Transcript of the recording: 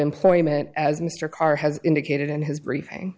employment as mr carr has indicated in his briefing